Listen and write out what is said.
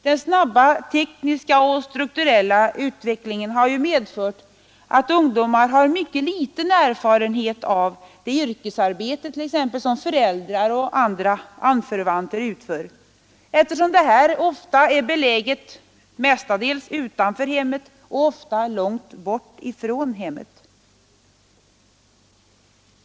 Den snabba tekniska och strukturella utvecklingen har medfört att ungdomarna har mycket ringa erfarenhet av t.ex. det yrkesarbete som föräldrar och andra anförvanter utför, eftersom detta mestadels är beläget utanför hemmet och ofta långt bort från hemmet.